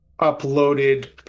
uploaded